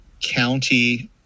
county